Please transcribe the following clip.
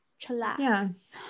chillax